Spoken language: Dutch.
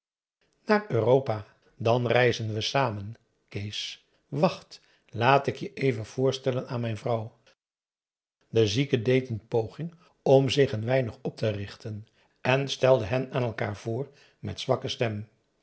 naar europa dan reizen we samen kees wacht laat ik je even voorstellen aan mijn vrouw de zieke deed een poging om zich een weinig op te richten en stelde hen aan elkaar voor met zwakke stem